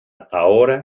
ahora